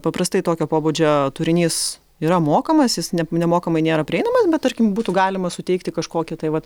paprastai tokio pobūdžio turinys yra mokamas jis ne nemokamai nėra prieinamas bet tarkim būtų galima suteikti kažkokią tai vat